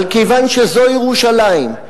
אבל כיוון שזו ירושלים,